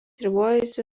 ribojasi